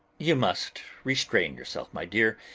you must restrain yourself, my dear,